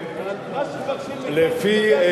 לפי,